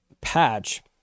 patch